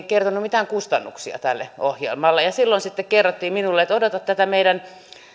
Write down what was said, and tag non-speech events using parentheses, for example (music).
(unintelligible) kertoneet mitään kustannuksia tälle ohjelmalle ja silloin sitten kerrottiin minulle että odota tätä meidän